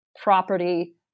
property